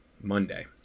monday